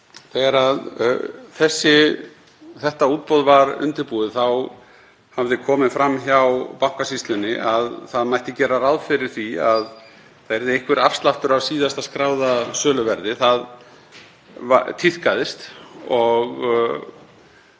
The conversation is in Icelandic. Þegar þetta útboð var undirbúið þá hafði komið fram hjá Bankasýslunni að gera mætti ráð fyrir því að það yrði einhver afsláttur af síðasta skráða söluverði. Það tíðkaðist. Ég